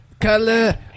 color